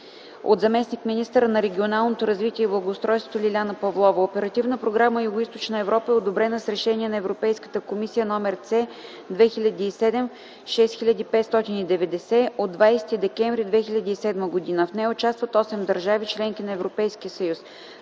от заместник-министъра на регионалното развитие и благоустройството Лиляна Павлова. Оперативна програма „Югоизточна Европа” е одобрена с Решение на Европейската комисия № C (2007) 6590 от 20 декември 2007 г. В нея участват 8 държави – членки на Европейския съюз: